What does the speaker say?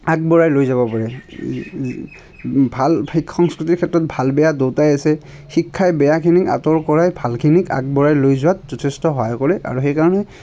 আগবঢ়াই লৈ যাব পাৰে ভাল সংস্কৃতিৰ ক্ষেত্ৰত ভাল বেয়া দুয়োটাই আছে শিক্ষাই বেয়াখিনিক আঁতৰ কৰাই ভালখিনিক আগবঢ়াই লৈ যোৱাত যথেষ্ট সহায় কৰে আৰু সেইকাৰণে